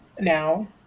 now